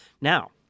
Now